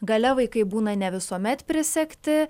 gale vaikai būna ne visuomet prisegti